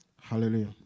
Hallelujah